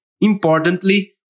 Importantly